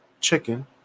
chicken